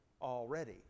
already